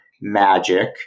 magic